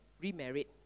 remarried